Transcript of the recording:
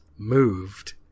moved